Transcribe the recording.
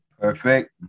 perfect